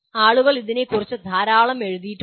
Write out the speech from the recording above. ആളുകൾ അതിനെക്കുറിച്ച് ധാരാളം എഴുതിയിട്ടുണ്ട്